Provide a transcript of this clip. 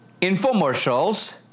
infomercials